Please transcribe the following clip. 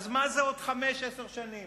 מה זה עוד חמש, עשר שנים,